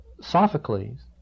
Sophocles